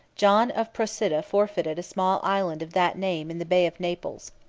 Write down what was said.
john of procida forfeited a small island of that name in the bay of naples.